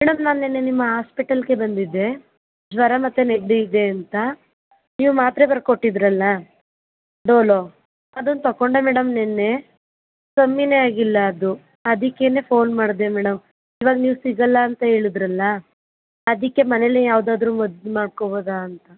madam ನಾನು ನಿನ್ನೆ ನಿಮ್ಮ ಆಸ್ಪೆಟಲ್ಗೆ ಬಂದಿದ್ದೆ ಜ್ವರ ಮತ್ತೆ ನೆಗಡಿಯಿದೆ ಅಂತ ನೀವು ಮಾತ್ರೆ ಬರ್ದು ಕೊಟ್ಟಿದ್ದಿರಲ್ಲ ಡೊಲೊ ಅದನ್ನ ತೊಗೊಂಡೆ ಮೇಡಮ್ ನಿನ್ನೆ ಕಮ್ಮಿನೆ ಆಗಿಲ್ಲ ಅದು ಅದಕ್ಕೇನೆ ಫೋನ್ ಮಾಡಿದೆ ಮೇಡಮ್ ಇವಾಗ ನೀವು ಸಿಗಲ್ಲ ಅಂತ ಹೇಳಿದ್ರಲ್ಲ ಅದಕ್ಕೆ ಮನೆಯಲ್ಲೇ ಯಾವುದಾದ್ರು ಮದ್ದು ಮಾಡ್ಕೊಳ್ಬೋದಾ ಅಂತ